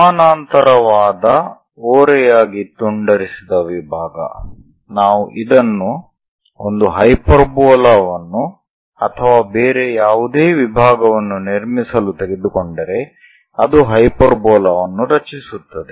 ಸಮಾನಾಂತರವಾದ ಓರೆಯಾಗಿ ತುಂಡರಿಸಿದ ವಿಭಾಗ ನಾವು ಇದನ್ನು ಒಂದು ಹೈಪರ್ಬೋಲಾ ವನ್ನು ಅಥವಾ ಬೇರೆ ಯಾವುದೇ ವಿಭಾಗವನ್ನು ನಿರ್ಮಿಸಲು ತೆಗೆದುಕೊಂಡರೆ ಅದು ಹೈಪರ್ಬೋಲಾ ವನ್ನು ರಚಿಸುತ್ತದೆ